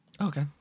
Okay